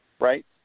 right